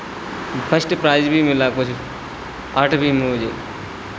first prize भी मिला मुझे आठवीं में मुझे